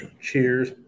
Cheers